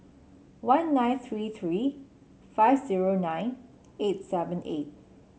one nine three three five zero nine eight seven eight